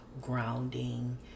Grounding